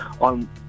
on